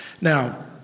Now